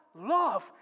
love